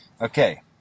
Okay